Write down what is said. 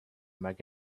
might